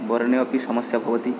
वर्णेऽपि समस्या भवति